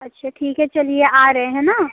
अच्छा ठीक है चलिए आ रहे है न